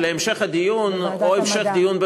להמשך הדיון בוועדת